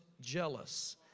jealous